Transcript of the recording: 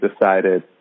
decided